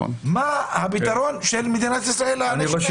מה הפתרון של מדינת ישראל לאנשים האלה?